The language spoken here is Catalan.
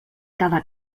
cada